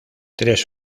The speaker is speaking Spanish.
tres